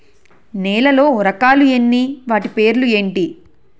నేలలో రకాలు ఎన్ని వాటి పేర్లు ఏంటి?